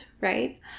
right